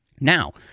Now